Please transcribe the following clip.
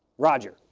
roger,